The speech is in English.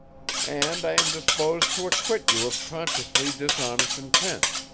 and i am disposed to acquit you of consciously dishonest intent.